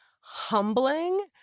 humbling